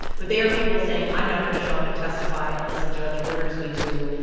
but they are people saying, i'm not going to show up and testify unless a judge orders me to.